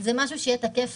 זה משהו שיהיה תקף